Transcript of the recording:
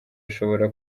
ashobora